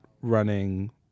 running